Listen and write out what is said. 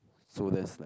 so that's like